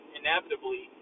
inevitably